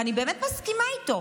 ואני באמת מסכימה איתו,